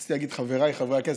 רציתי להגיד חבריי חברי הכנסת,